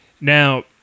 Now